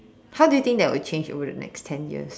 how do you think that will change over the next ten years